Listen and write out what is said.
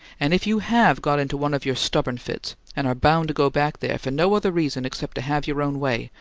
and if you have got into one of your stubborn fits and are bound to go back there for no other reason except to have your own way,